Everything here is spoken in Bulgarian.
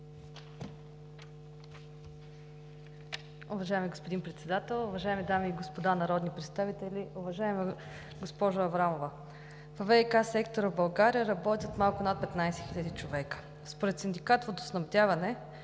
Уважаеми господин Председател, уважаеми дами и господа народни представители, уважаема госпожо Аврамова! Във ВиК сектора в България работят малко над 15 хиляди човека. Според синдикат „Водоснабдяване“